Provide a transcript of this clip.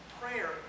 Prayer